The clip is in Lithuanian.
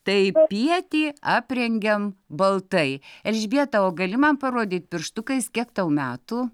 tai pietį aprengiam baltai elžbieta o gali mam parodyt pirštukais kiek tau metų